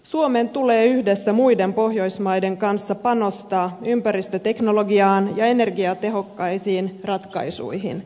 suomen tulee yhdessä muiden pohjoismaiden kanssa panostaa ympäristöteknologiaan ja energiatehokkaisiin ratkaisuihin